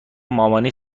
مامانی